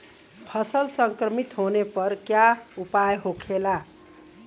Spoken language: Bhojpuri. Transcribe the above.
फसल संक्रमित होने पर क्या उपाय होखेला?